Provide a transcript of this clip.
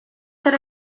ser